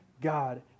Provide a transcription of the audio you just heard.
God